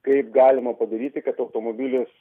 kaip galima padaryti kad automobilis